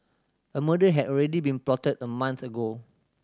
a murder had already been plotted a month ago